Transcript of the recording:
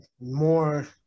more